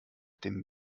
dem